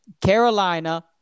Carolina